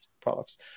products